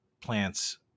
plants